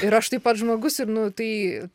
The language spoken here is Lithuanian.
ir aš taip pat žmogus ir nu tai